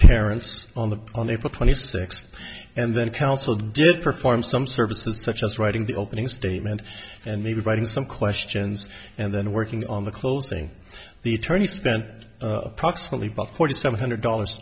parents on the on april twenty sixth and then counsel did perform some services such as writing the opening statement and maybe writing some questions and then working on the clothes thing the attorney spent approximately forty seven hundred dollars